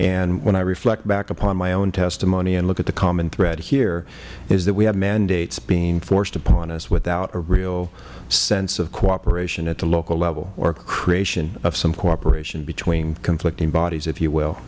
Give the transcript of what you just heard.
and when i reflect back upon my own testimony and look at the common thread here we have mandates being forced upon us without a real sense of cooperation at the local level or creation of some cooperation between conflicting bodies if you will